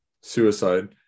suicide